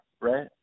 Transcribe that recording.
right